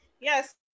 Yes